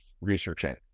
researching